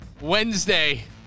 Wednesday